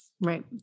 right